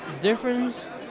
difference